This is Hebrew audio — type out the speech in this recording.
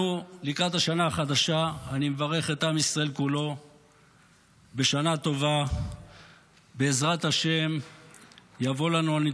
2. על זה שדרשנו שתהיה לנו יכולת השפעה